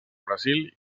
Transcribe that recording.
brasil